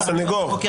הוא סניגור.